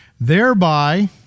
thereby